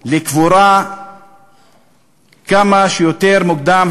לקבורה כמה שיותר מוקדם,